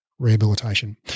Rehabilitation